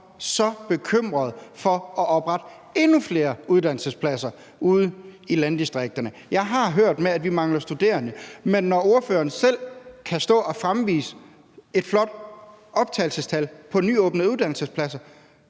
så bekymret for at oprette endnu flere uddannelsespladser ude i landdistrikterne. Jeg har hørt det med, at vi mangler studerende, men når ordføreren selv kan stå og fremvise et flot optagelsestal på nyåbnede uddannelsesinstitutioner,